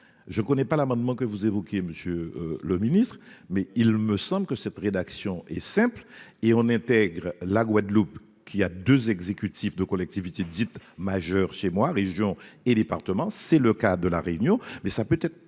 je connais pas l'amendement que vous évoquiez, monsieur le Ministre, mais il me semble que cette rédaction est simple et on intègre la Guadeloupe qui a 2 exécutifs de collectivités dites majeures chez moi, régions et départements, c'est le cas de la Réunion mais ça peut être